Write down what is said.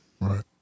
Right